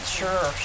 sure